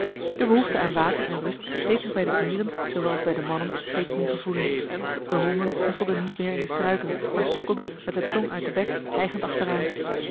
de behoefte aan water en rust deed zich bij de dieren zoowel als bij de mannen steeds meer gevoelen de honden snuffelden niet meer in de struiken maar sukkelden met de tong uit den bek hijgend achteraan